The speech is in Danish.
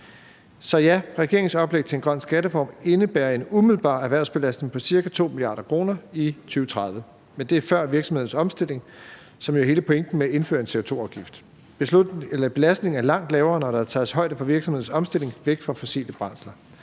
regeringens oplæg til en grøn skattereform indebærer en umiddelbar erhvervsbelastning på ca. 2 mia. kr. i 2030, men det er før virksomhedernes omstilling, som jo er hele pointen med at indføre en CO2-afgift. Belastningen er langt lavere, når der tages højde for virksomhedernes omstilling væk fra fossile brændsler.